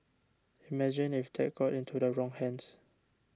imagine if that got into the wrong hands